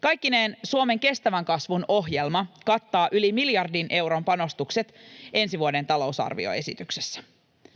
Kaikkineen Suomen kestävän kasvun ohjelma kattaa yli miljardin euron panostukset ensi vuoden talousarvioesityksessä.